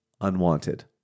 unwanted